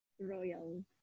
royal